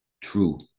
true